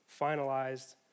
finalized